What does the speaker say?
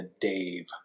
Dave